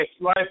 life